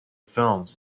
films